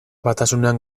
batasunean